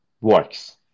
works